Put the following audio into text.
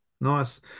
Nice